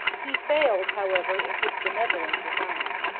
he failed, however, in his benevolent design.